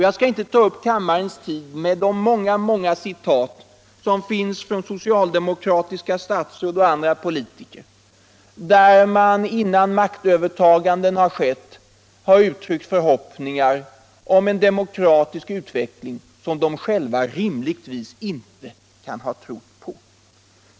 Jag skall inte ta upp kammarens tid med de många citat som finns från soctaldemokrater, där de innan ett maktövertagande skett har uttryckt förhoppningar om en demokratisk utveckling vilken de själva rimligtvis inte kan ha trott på.